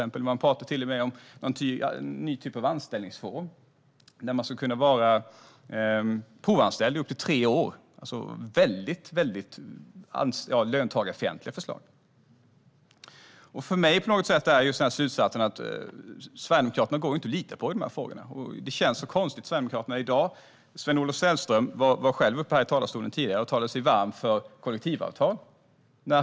De pratar till och med om en ny typ av anställningsform som innebär att det ska gå att vara provanställd i upp till tre år. De har alltså väldigt löntagarfientliga förslag. Min slutsats blir att det inte går att lita på Sverigedemokraterna i de här frågorna. Det känns konstigt. Sven-Olof Sällström stod i talarstolen tidigare och talade sig varm för kollektivavtal.